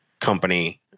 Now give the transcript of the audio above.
company